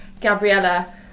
gabriella